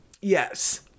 Yes